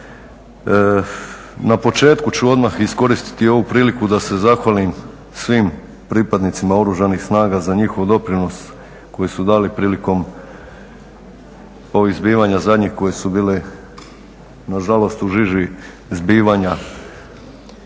Na početku ću odmah iskoristiti ovu priliku da se zahvalim svim pripadnicima Oružanih snaga za njihov doprinos koji su dali prilikom ovih zbivanja zadnjih koji su bili na žalost u žiži zbivanja